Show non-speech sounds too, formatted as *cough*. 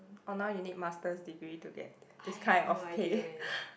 or now you need master degree to get this kind of pay *breath*